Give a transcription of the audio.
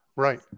Right